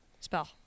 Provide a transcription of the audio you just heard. Spell